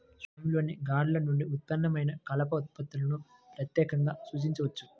స్వామిలోని లాగ్ల నుండి ఉత్పన్నమైన కలప ఉత్పత్తులను ప్రత్యేకంగా సూచించవచ్చు